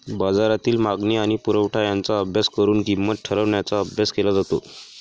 बाजारातील मागणी आणि पुरवठा यांचा अभ्यास करून किंमत ठरवण्याचा अभ्यास केला जातो